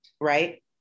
right